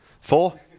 Four